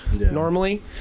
normally